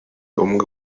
ubumuga